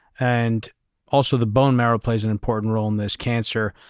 and also the bone marrow plays an important role in this cancer.